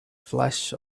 flash